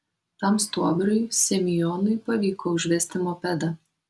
tam stuobriui semionui pavyko užvesti mopedą